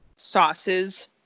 Sauces